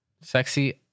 Sexy